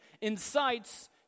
incites